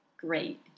Great